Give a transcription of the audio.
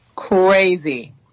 Crazy